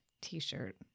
t-shirt